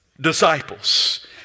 disciples